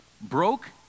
Broke